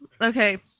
okay